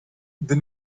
the